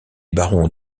baron